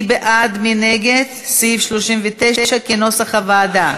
מי בעד ומי נגד סעיף 39, כנוסח הוועדה?